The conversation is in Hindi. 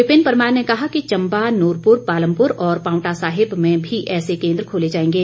विपिन परमार ने कहा कि चंबा नूरपुर पालमपुर और पावंटा साहिब में भी ऐसे केंद्र खोले जाएंगे